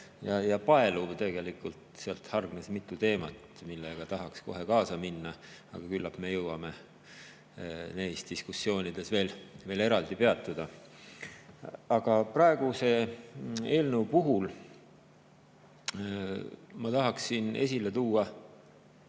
alati. Tegelikult seal hargnes mitu teemat, millega tahaks kohe kaasa minna, aga küllap me jõuame neis diskussioonides neil eraldi peatuda. Praeguse eelnõu puhul ma tahaksin esile tuua